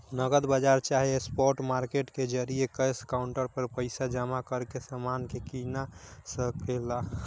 नगद बाजार चाहे स्पॉट मार्केट के जरिये कैश काउंटर पर पइसा जमा करके समान के कीना सके ला